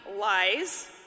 lies